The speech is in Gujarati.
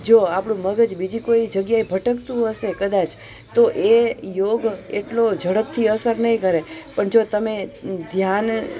જો આપણું મગજ બીજી કોઈ જગ્યાએ ભટકતું હશે કદાચ તો એ યોગ એટલો ઝડપથી અસર નહીં કરે પણ જો તમે ધ્યાન